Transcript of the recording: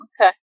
Okay